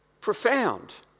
profound